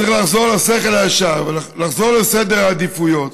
צריך לחזור לשכל הישר, ולחזור לסדר העדיפויות,